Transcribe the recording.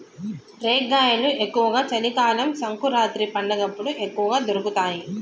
రేగ్గాయలు ఎక్కువ చలి కాలం సంకురాత్రి పండగప్పుడు ఎక్కువ దొరుకుతాయి